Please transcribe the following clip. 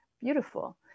Beautiful